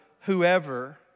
whoever